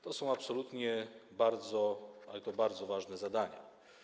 To są absolutnie bardzo, ale to bardzo ważne zadania.